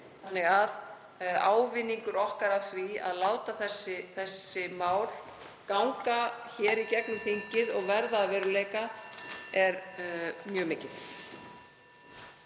þannig að ávinningur okkar af því að láta þessi mál ganga hér í gegnum þingið (Forseti hringir.) og verða að veruleika er mjög mikill.